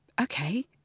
okay